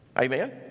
Amen